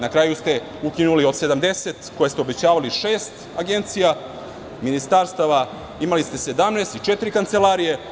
Na kraju ste ukinuli od 70 koje ste obećavali, šest agencija, imali ste ministarstava 17 i četiri kancelarije.